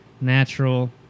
natural